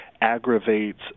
aggravates